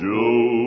Joe